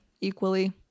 equally